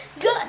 Good